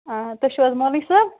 آ تُہۍ چھِو حظ مولوی صٲب